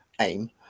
aim